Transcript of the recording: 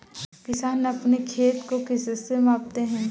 किसान अपने खेत को किससे मापते हैं?